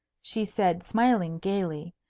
she said, smiling gayly,